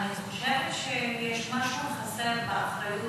אני חושבת שיש משהו חסר באחריות,